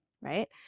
right